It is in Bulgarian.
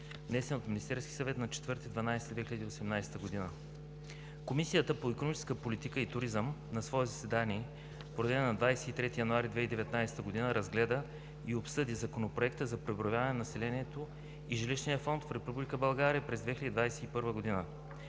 внесен от Министерския съвет на 4 декември 2018 г. Комисията по икономическа политика и туризъм на свое заседание, проведено на 23 януари 2019 г., разгледа и обсъди Законопроекта за преброяване на населението и жилищния фонд в Република България през 2021 г.